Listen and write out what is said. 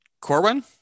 Corwin